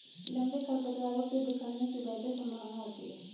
लंबे खरपतवारों के बिखरने की बेहतर संभावना होती है